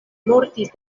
mortis